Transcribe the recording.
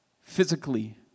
physically